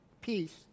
peace